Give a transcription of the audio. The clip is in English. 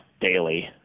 daily